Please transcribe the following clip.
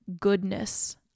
Goodness